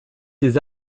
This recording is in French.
des